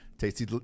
Tasty